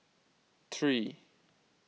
three